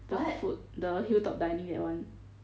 the food the hilltop dining that [one]